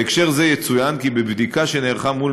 בהקשר זה יצוין כי בבדיקה שנערכה מול